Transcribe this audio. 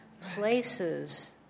places